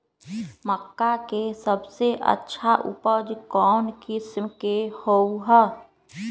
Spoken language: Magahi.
मक्का के सबसे अच्छा उपज कौन किस्म के होअ ह?